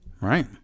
Right